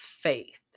faith